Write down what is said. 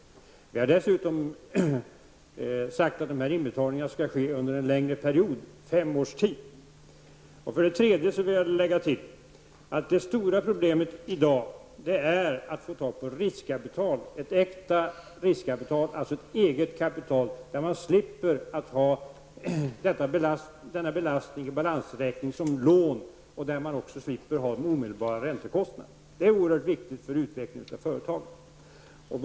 För det andra har vi sagt att de här inbetalningarna skall ske under en längre period, under fem års tid. För det tredje vill jag tillägga att det stora problemet i dag är att få fram ett äkta riskkapital, alltså ett eget kapital, där man slipper ha denna belastning i balansräkningen som lån, och där man också slipper ha den omedelbara räntekostnaden. Det är oerhört viktigt för utvecklingen av företagen.